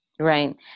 Right